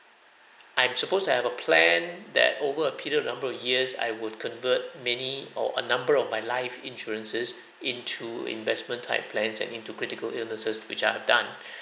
I'm supposed to have a plan that over a period a number of years I would convert many or a number of my life insurances into investment type plans and into critical illnesses which I have done